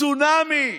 צונאמי.